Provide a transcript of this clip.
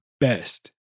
best